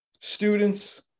students